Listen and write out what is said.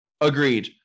Agreed